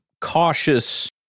cautious